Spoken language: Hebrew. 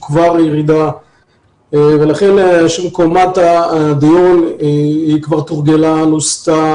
הנושא תורגל ונוסה,